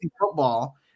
football